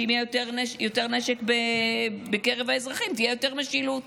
שאם יהיה יותר נשק בקרב האזרחים תהיה יותר משילות.